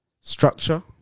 structure